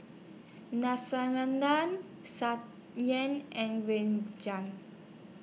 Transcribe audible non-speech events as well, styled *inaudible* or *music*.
*unintelligible* and *unintelligible*